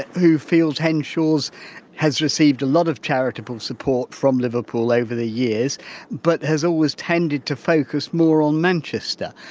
who feels henshaws has received a lot of charitable support from liverpool over the years but has always tended to focus more on manchester.